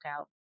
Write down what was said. out